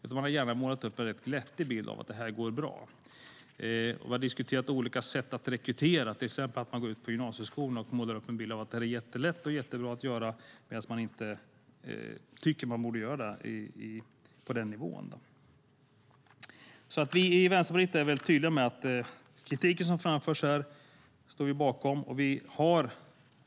De har gärna målat upp en glättig bild av att det går bra. Vi har diskuterat olika sätt att rekrytera, till exempel man att går ut på gymnasieskolorna och målar upp en bild av att arbetet är lätt och bra att göra. Vi tycker inte att man ska göra så på den nivån. Vi i Vänsterpartiet är tydliga med att vi står bakom kritiken som har framförts här.